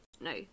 no